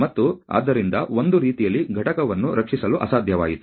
ಮತ್ತು ಆದ್ದರಿಂದ ಒಂದು ರೀತಿಯಲ್ಲಿ ಘಟಕವನ್ನು ರಕ್ಷಿಸಲು ಅಸಾಧ್ಯವಾಯಿತು